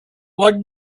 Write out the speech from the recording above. what